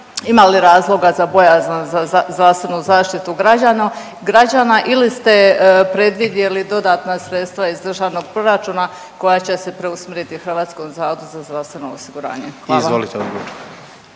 Ima li razloga za bojazan za zdravstvenu zaštitu građana ili ste predvidjeli dodatna sredstva iz državnog proračuna koja će se preusmjeriti HZZO-u? Hvala. **Jandroković,